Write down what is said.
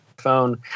phone